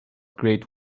great